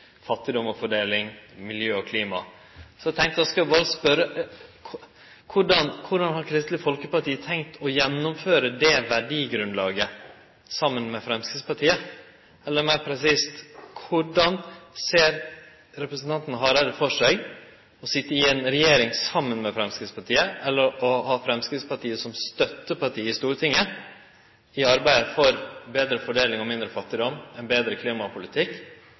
fattigdom og fordeling, miljø og klima. Så tenkte eg at eg skulle spørje: Korleis har Kristeleg Folkeparti tenkt å gjennomføre det verdigrunnlaget saman med Framstegspartiet? Eller meir presist: Korleis ser representanten Hareide det for seg å sitje i ei regjering saman med Framstegspartiet, eller å ha Framstegspartiet som støtteparti i Stortinget, i arbeidet for betre fordeling og mindre fattigdom, ein betre klimapolitikk